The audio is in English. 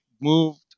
moved